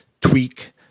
tweak